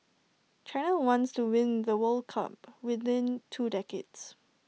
China wants to win the world cup within two decades